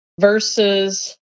versus